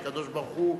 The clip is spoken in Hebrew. שהקדוש-ברוך-הוא,